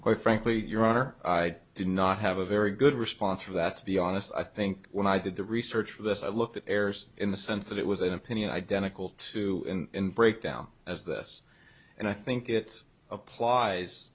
quite frankly your honor i did not have a very good response for that to be honest i think when i did the research for this i looked at errors in the sense that it was an opinion identical to break down as this and i think it applies